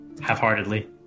half-heartedly